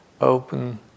open